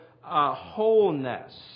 wholeness